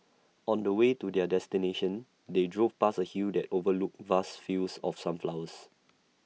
on the way to their destination they drove past A hill that overlooked vast fields of sunflowers